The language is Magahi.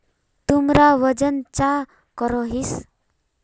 तुमरा वजन चाँ करोहिस?